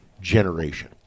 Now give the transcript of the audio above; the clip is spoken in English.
generation